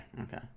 okay